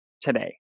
today